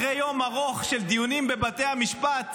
אחרי יום ארוך של דיונים בבתי המשפט,